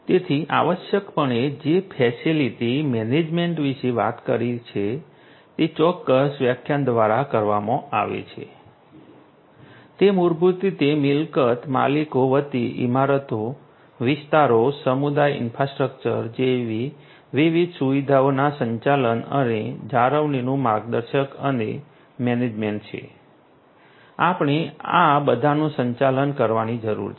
તેથી આવશ્યકપણે જે ફેસિલિટી મેનેજમેન્ટ વિશે વાત કરે છે તે ચોક્કસ વ્યાખ્યા દ્વારા કરવામાં આવે છે તે મૂળભૂત રીતે મિલકત માલિકો વતી ઇમારતો વિસ્તારો સામુદાયિક ઇન્ફ્રાસ્ટ્રક્ચર જેવી વિવિધ સુવિધાઓના સંચાલન અને જાળવણીનું માર્ગદર્શક અને મેનેજમેન્ટ છે આપણે આ બધાનું સંચાલન કરવાની જરૂર છે